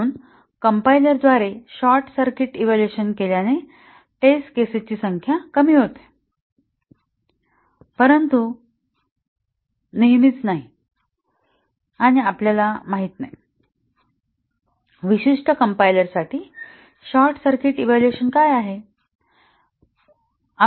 म्हणून कंपाईलरद्वारे short circuit evaluation केल्याने टेस्ट केसेस ची संख्या कमी होते परंतु नेहमीच नाही आणि आपल्याला माहित नाही विशिष्ट कंपाईलरसाठी शॉर्ट सर्किट इव्हॅल्युएशन काय आहे